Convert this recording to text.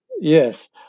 Yes